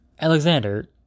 Alexander